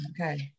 Okay